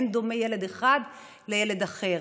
שאין דומה ילד אחד לילד אחר,